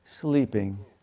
sleeping